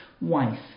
wife